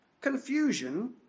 confusion